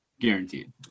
guaranteed